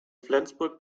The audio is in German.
flensburg